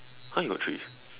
!huh! you got three